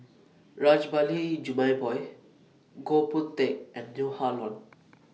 Rajabali Jumabhoy Goh Boon Teck and Neo Ah Luan